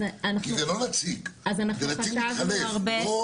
כי זה לא נציג, זה נציג מתחלף, כמו